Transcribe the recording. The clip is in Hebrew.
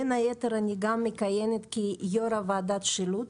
בין היתר אני גם מכהנת כיושבת הראש ועדת השילוט,